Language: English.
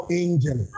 angel